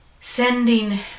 sending